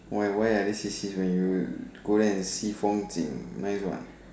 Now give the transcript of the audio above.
where why are they sissy when you go and see 风景:Feng Jing nice what